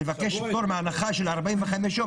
לבקש פטור מהנחה של 45 יום,